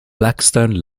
blackstone